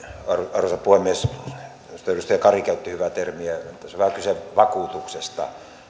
arvoisa puhemies edustaja kari käytti hyvää termiä tässä on vähän kyse vakuutuksesta